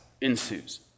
ensues